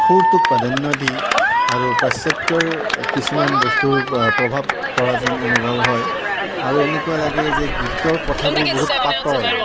সুৰটোক প্ৰাধান্য দি আৰু পাশ্চাত্যৰ কিছুমান বস্তুৰ পৰা প্ৰভাৱ পৰা যেন অনুভৱ হয় আৰু এনেকুৱা লাগে যে গীতৰ কথাবোৰ বহুত পাতল